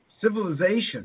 civilization